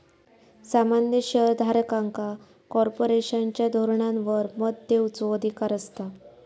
सामान्य शेयर धारकांका कॉर्पोरेशनच्या धोरणांवर मत देवचो अधिकार असता